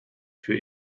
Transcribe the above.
für